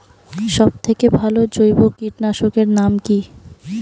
সব থেকে ভালো জৈব কীটনাশক এর নাম কি?